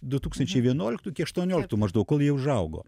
du tūkstančiai vienuoliktų iki aštuonioliktų maždaug kol jie užaugo